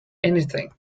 anything